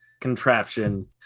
contraption